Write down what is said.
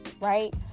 right